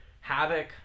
Havoc